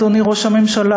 אדוני ראש הממשלה,